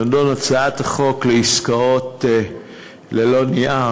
הנדון: הצעת החוק לעסקאות ללא נייר.